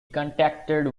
contacted